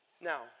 Now